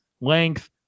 length